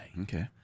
Okay